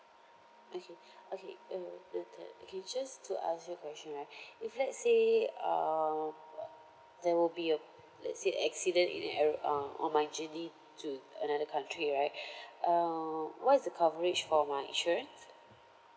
okay okay uh the the okay just to ask you a question right if let's say um there will be a let's say accident in aero~ uh on my journey to another country right uh what is the coverage for my insurance